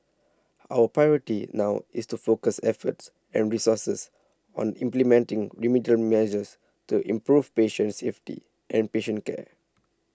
our priority now is to focus efforts and resources on implementing remedial measures to improve patient safety and patient care